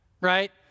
right